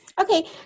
Okay